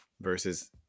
versus